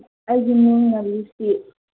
ꯑꯩꯒꯤ ꯃꯤꯡꯅ ꯂꯨꯁꯤ